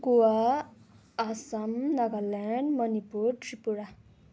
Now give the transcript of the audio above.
Goa Assam Nagaland Manipur Tripura